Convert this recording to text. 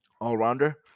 all-rounder